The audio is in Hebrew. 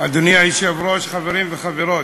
אדוני היושב-ראש, חברים וחברות,